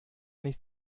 nicht